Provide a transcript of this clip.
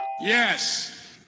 Yes